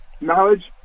knowledge